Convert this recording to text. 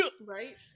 right